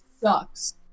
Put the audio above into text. sucks